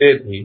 તેથી